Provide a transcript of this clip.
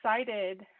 excited